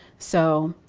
so,